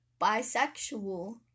bisexual